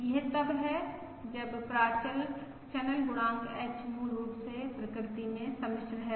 यह तब है जब प्राचल चैनल गुणांक h मूल रूप से प्रकृति में सम्मिश्र है